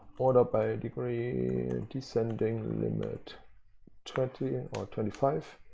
order by degree descending limit twenty and or twenty five.